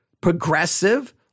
progressive